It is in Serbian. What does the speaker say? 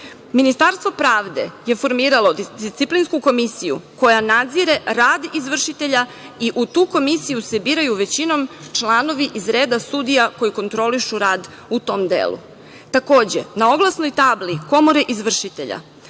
Ministarstvo pravde je formiralo disciplinsku komisiju koja nadzire rad izvršitelja i u tu komisiju se biraju većinom članovi iz reda sudija koji kontrolišu rad u tom delu. Takođe, na oglasnoj tabli Komore izvršitelja